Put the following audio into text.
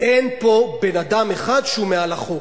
אין פה בן-אדם אחד שהוא מעל החוק.